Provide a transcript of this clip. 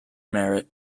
merit